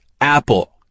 Apple